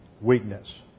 weakness